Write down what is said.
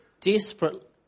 Desperate